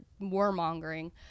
warmongering